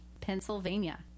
Pennsylvania